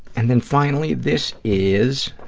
and then finally, this is